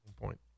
Point